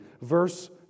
verse